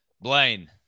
Blaine